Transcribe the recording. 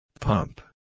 Pump